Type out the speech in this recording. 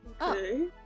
Okay